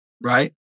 right